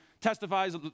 testifies